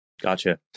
Gotcha